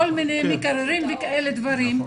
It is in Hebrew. מקררים וכאלה דברים.